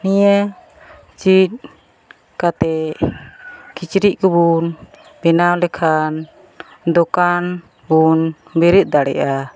ᱱᱤᱭᱟᱹ ᱪᱮᱫ ᱠᱟᱛᱮᱫ ᱠᱤᱪᱨᱤᱡᱽ ᱠᱚᱵᱚᱱ ᱵᱮᱱᱟᱣ ᱞᱮᱠᱷᱟᱱ ᱫᱳᱠᱟᱱᱵᱚᱱ ᱵᱮᱨᱮᱫ ᱫᱟᱲᱮᱭᱟᱜᱼᱟ